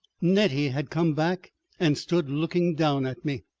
nettie had come back and stood looking down at me.